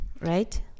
right